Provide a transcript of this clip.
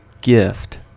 gift